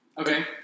Okay